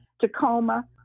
Tacoma